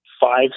five